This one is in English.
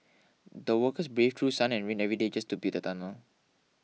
the workers braved through sun and rain every day just to build the tunnel